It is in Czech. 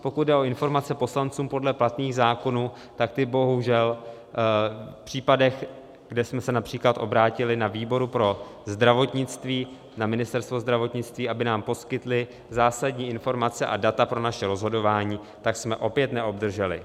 Pokud jde o informace poslancům podle platných zákonů, tak ty bohužel v případech, kdy jsme se např. obrátili na výboru pro zdravotnictví na Ministerstvo zdravotnictví, aby nám poskytli zásadní informace a data pro naše rozhodování, tak jsme je opět neobdrželi.